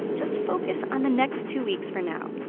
just focus on the next two weeks for now.